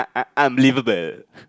unbelievable